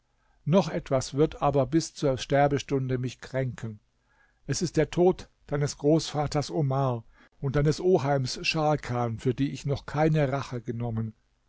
noch etwas wird aber bis zur sterbestunde mich kränken es ist der tod deines großvaters omar und deines oheims scharkan für die ich noch keine rache genommen